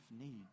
need